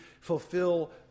fulfill